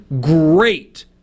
great